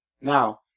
Now